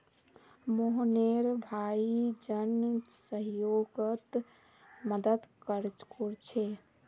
मोहनेर भाई जन सह्योगोत मदद कोरछे